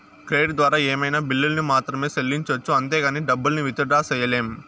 credit ద్వారా ఏమైనా బిల్లుల్ని మాత్రమే సెల్లించొచ్చు అంతేగానీ డబ్బుల్ని విత్ డ్రా సెయ్యలేం